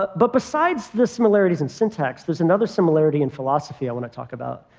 but but besides the similarities in syntax, there's another similarity in philosophy i want to talk about.